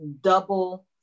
double